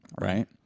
right